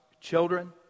children